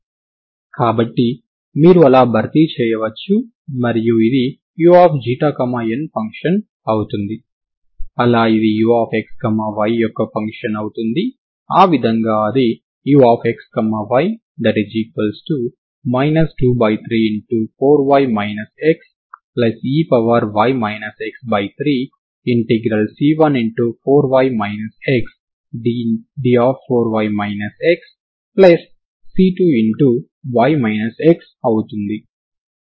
కాబట్టి మీరు అలా భర్తీ చేయవచ్చు మరియు ఇది u ఫంక్షన్ అవుతుంది అలా ఇది uxy యొక్క ఫంక్షన్ అవుతుంది ఆ విధంగా అది uxy 234y xey x3C14y xd4y xC2y x అవుతుంది